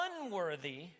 unworthy